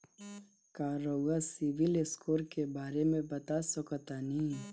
का रउआ सिबिल स्कोर के बारे में बता सकतानी?